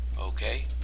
okay